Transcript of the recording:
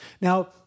Now